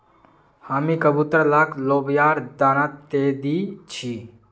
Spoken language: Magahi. हामी कबूतर लाक लोबियार दाना दे दी छि